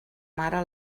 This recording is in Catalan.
mare